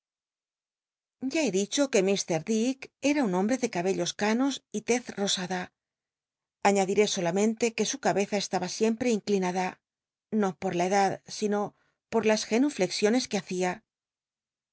he dicho que m dick era un hombre de cabellos canos y tez rosada añadiré solamente que su cabeza estaba sienipre inclinada no por la edad sino po las genuflexiones que hacia